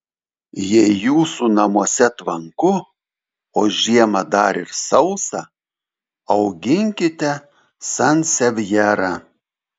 jei jūsų namuose tvanku o žiemą dar ir sausa auginkite sansevjerą